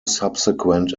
subsequent